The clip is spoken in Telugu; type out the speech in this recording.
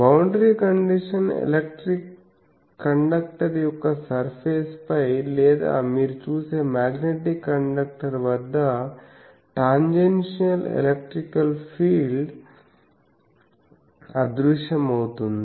బౌండరీ కండిషన్ ఎలక్ట్రిక్ కండక్టర్ యొక్క సర్ఫేస్ పై లేదా మీరు చూసే మాగ్నెటిక్ కండక్టర్ వద్ద టాంజెన్షియల్ ఎలక్ట్రిక్ ఫీల్డ్స్ అదృశ్యమవుతుంది